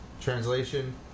translation